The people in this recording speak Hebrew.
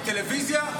טלוויזיה?